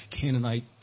Canaanite